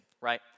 right